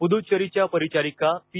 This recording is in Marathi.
पुदुच्चेरीच्या परिचारिका पी